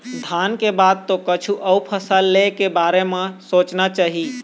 धान के बाद तो कछु अउ फसल ले के बारे म सोचना चाही